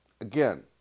Again